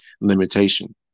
Limitation